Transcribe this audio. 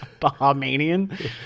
Bahamian